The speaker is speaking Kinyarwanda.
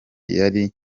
yari